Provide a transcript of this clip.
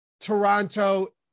Toronto